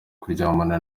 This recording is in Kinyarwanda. kuryamana